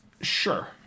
Sure